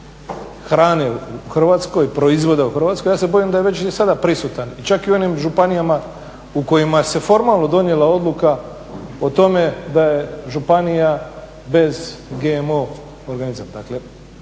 hrane u Hrvatskoj, proizvoda u Hrvatskoj, ja se bojim da je već i sada prisutan, čak i u onim županijama u kojima se formalno donijela odluka o tome da je županija bez GMO organizama.